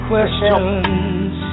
Questions